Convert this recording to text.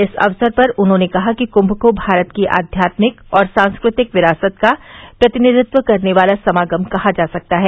इस अवसर पर उन्होंने कहा कि कुम को भारत की अध्यात्मिक और सांस्कृतिक विरासत का प्रतिनिधित्व करने वाला समागम कहा जा सकता है